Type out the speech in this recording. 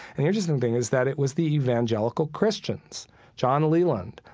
the interesting thing is that it was the evangelical christians john leland,